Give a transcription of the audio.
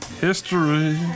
History